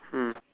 mm